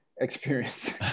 experience